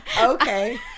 Okay